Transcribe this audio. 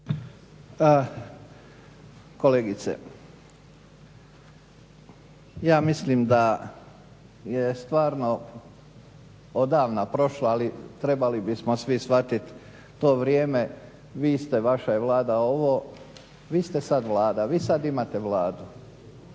Kolegice ja mislim da je stvarno odavna prošlo ali trebali bismo svi shvatiti to vrijeme vi ste vaša je Vlada ovo. Vi ste sad Vlada, vi sad imate Vladu.